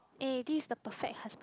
eh this is the perfect husband